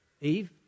Eve